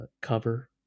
Cover